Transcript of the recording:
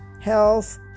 health